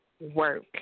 work